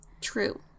True